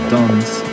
Don's